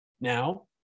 Now